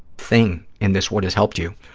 thing in this what has helped you,